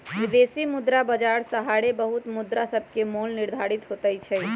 विदेशी मुद्रा बाजार सहारे बहुते मुद्रासभके मोल निर्धारित होतइ छइ